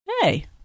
hey